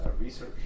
research